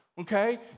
okay